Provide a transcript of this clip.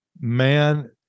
man